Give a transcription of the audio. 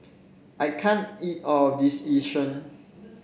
I can't eat all of this Yu Sheng